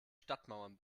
stadtmauern